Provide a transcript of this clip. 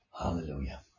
hallelujah